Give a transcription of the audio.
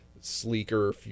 sleeker